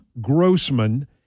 Grossman